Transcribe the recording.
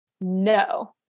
No